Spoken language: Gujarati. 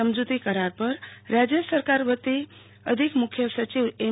સમજૂતી કરાર ઉપર રાજ્ય સરકાર વતી અધિક મુખ્ય સચિવ એમ